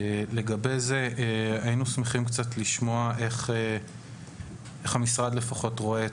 היינו שמחים לשמוע איך המשרד רואה את